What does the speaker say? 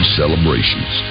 celebrations